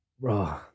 Bro